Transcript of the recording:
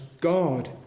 God